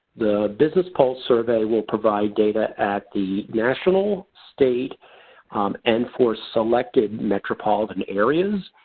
the business pulse survey will provide data at the national state and for selected metropolitan areas.